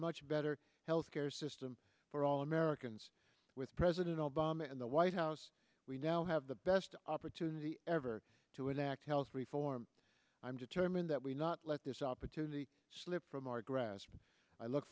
much better health care system for all americans with president obama in the white house we now have the best opportunity ever to enact health reform i'm determined that we not let this opportunity slip from our grasp i look